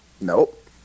Nope